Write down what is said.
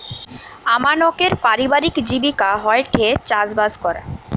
আমানকের পারিবারিক জীবিকা হয়ঠে চাষবাস করা